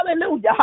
Hallelujah